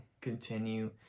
continue